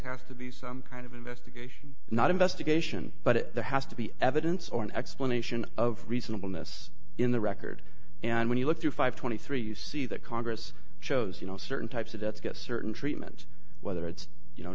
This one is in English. has to be some kind of investigation not investigation but there has to be evidence or an explanation of reasonableness in the record and when you look through five twenty three you see that congress chose you know certain types of debts get certain treatment whether it's you know